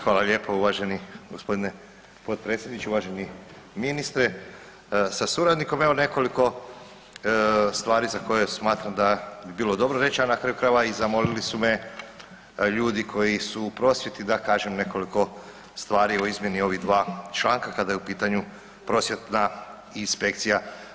Hvala lijepa uvaženi gospodine potpredsjedniče, uvaženi ministre sa suradnikom, evo nekoliko stvari za koje smatram da bi bilo dobro reći, a na kraju krajeva i zamolili su me ljudi koji su u prosvjeti da kažem nekoliko stvari o izmjeni ovih dva članka kada je u pitanju prosvjetna inspekcija.